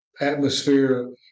atmosphere